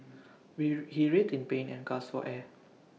he writhed in pain and gasped for air